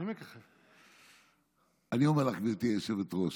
אני אומר לך, גברתי היושבת-ראש,